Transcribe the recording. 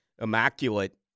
Immaculate